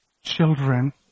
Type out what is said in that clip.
children